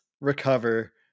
recover